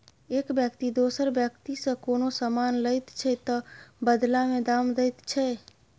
एक बेकती दोसर बेकतीसँ कोनो समान लैत छै तअ बदला मे दाम दैत छै